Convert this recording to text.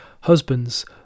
Husbands